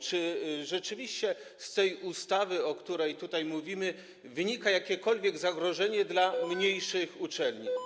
Czy rzeczywiście z tej ustawy, o której tutaj mówimy, wynika jakiekolwiek zagrożenie dla mniejszych uczelni?